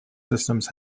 systems